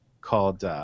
called –